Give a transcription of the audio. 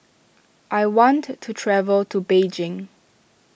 I want to travel to Beijing